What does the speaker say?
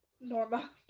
Norma